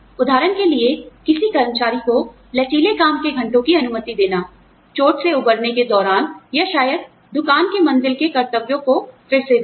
उदाहरण के लिए किसी कर्मचारी को लचीले काम के घंटों की अनुमति देना चोट से उबरने के दौरान या शायद दुकान के मंजिल के कर्तव्यों को फिर से देना